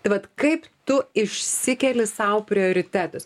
tai vat kaip tu išsikeli sau prioritetus